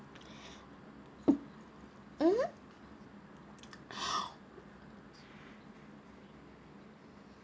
mm